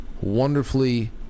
Wonderfully